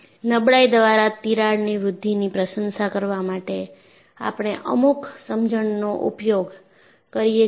નબળાઈ દ્વારા તિરાડની વૃદ્ધિની પ્રશંસા કરવા માટે આપણે અમુક સમજણનો ઉપયોગ કરીએ છીએ